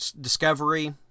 Discovery